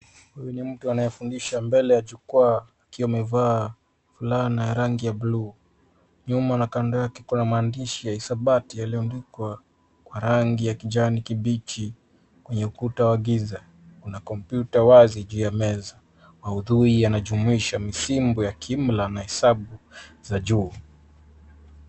Huyu ni mtu anayefundisha mbele ya jukwaa akiwa amevaa fulana ya rangi ya buluu. Nyuma na kando yake kuna maandishi ya hisabati yaliyoandikwa Kwa rangi ya kijani kibichi kwenye ukuta wa giza. Kuna kompyuta wazi juu ya meza. Maudhui yanajumuisha misibo ya kiimla na hesabu za juu.